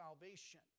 salvation